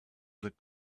that